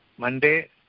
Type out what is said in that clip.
Monday